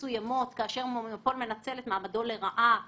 שהיא ראייה חשובה,